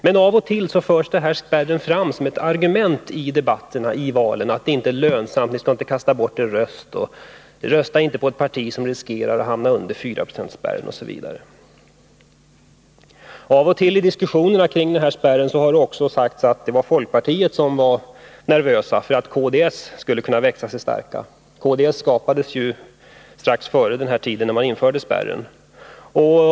Men då och då framförs den här spärren som ett argument mot att rösta på vpk i valet — Det lönar sig inte! Ni skall inte kasta bort er röst! Rösta inte på ett parti som riskerar att hamna under Av och till i diskussionerna kring spärren har det också sagts att det var folkpartiet som var nervöst för att kds skulle växa sig starkt — kds skapades ju strax innan man införde spärren.